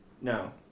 No